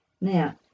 Now